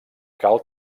cal